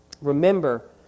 Remember